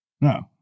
no